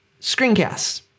Screencasts